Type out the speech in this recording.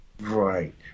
right